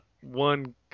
One